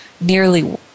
nearly